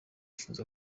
nifuza